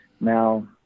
now